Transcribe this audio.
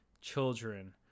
children